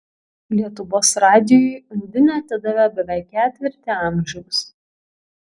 lietuvos radijui undinė atidavė beveik ketvirtį amžiaus